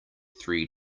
three